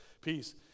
peace